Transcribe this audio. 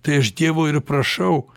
tai aš dievo ir prašau